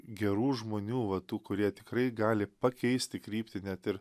gerų žmonių va tų kurie tikrai gali pakeisti kryptį net ir